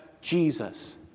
Jesus